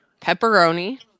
Pepperoni